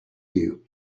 you